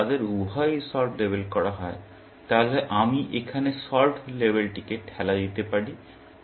যদি তাদের উভয়ই সলভড লেবেল করা হয় তাহলে আমি এখানে সলভড লেবেলটিকে ঠেলা দিতে পারি